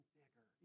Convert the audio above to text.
bigger